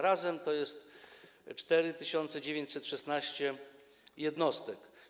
Razem to jest 4916 jednostek.